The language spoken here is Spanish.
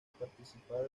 participado